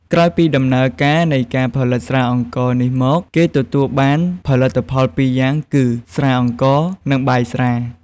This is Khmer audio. ក្រោយពីដំណើរការនៃការផលិតស្រាអង្ករនេះមកគេទទួលបាន ផលិតផល២យ៉ាងគឹ ស្រាអង្ករ នឹងបាយស្រា។